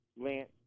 Lance